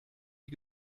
die